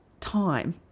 time